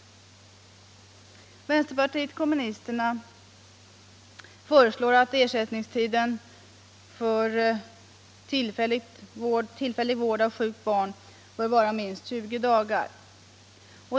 Vpk föreslår att ersättningstiden för tillfällig vård av sjukt barn bör vara minst 20 dagar.